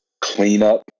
cleanup